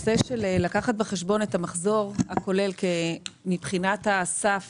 לקחת בחשבון את המחזור הכולל מבחינת הסף